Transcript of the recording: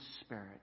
Spirit